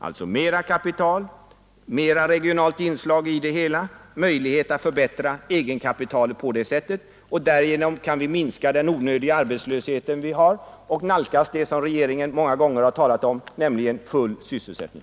Alltså: mera kapital, flera regionala inslag, möjligheter att därigenom förbättra egenkapitalet och på så sätt minska den onödiga arbetslöshet vi har samt nalkas det som regeringen många gånger talat om, nämligen full sysselsättning.